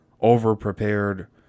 over-prepared